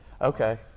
Okay